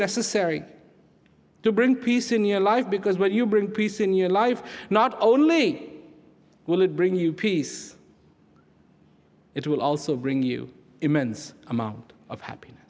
necessary to bring peace in your life because what you bring peace in your life not only will it bring you peace it will also bring you immense amount of happiness